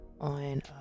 on